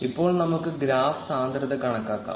ഇപ്പോൾ നമുക്ക് ഗ്രാഫ് സാന്ദ്രത കണക്കാക്കാം